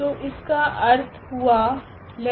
तो इसका अर्थ हुआ 𝜆228